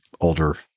older